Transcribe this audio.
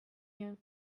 you